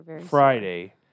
Friday